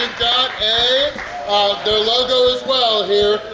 and got ah logo as well here.